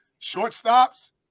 shortstops